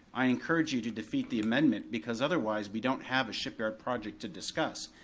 i encourage you to defeat the amendment, because otherwise, we don't have a shipyard project to discuss.